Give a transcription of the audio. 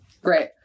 great